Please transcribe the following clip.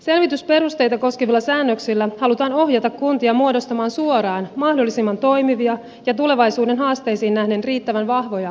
selvitysperusteita koskevilla säännöksillä halutaan ohjata kuntia muodostamaan suoraan mahdollisimman toimivia ja tulevaisuuden haasteisiin nähden riittävän vahvoja kokonaisuuksia